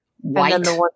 White